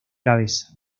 cabeza